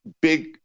big